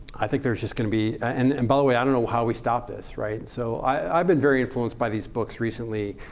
i think there's just going to be and and by the way, i don't know how we stop this. so i've been very influenced by these books recently.